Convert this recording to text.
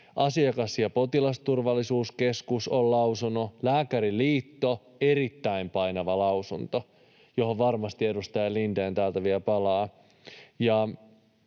Asiakas- ja potilasturvallisuuskeskus on lausunut. Lääkäriliitto, erittäin painava lausunto, johon varmasti edustaja Lindén vielä palaa.